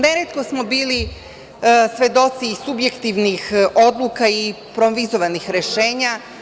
Neretko smo bili svedoci subjektivnih odluka i improvizovanih rešenja.